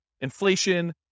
inflation